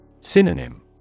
Synonym